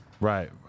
Right